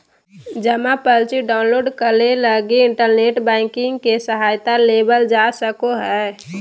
जमा पर्ची डाउनलोड करे लगी इन्टरनेट बैंकिंग के सहायता लेवल जा सको हइ